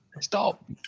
Stop